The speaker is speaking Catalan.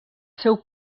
seu